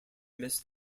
missed